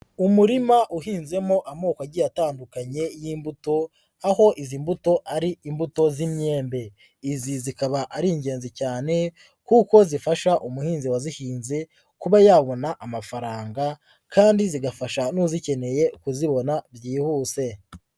Umurima uhinzemo amoko agiye atandukanye y'imbuto aho izi mbuto ari imbuto z'imyembe, izi zikaba ari ingenzi cyane kuko zifasha umuhinzi wazihinze kuba yabona amafaranga kandi zigafasha n'uzikeneye kuzibona byihuse.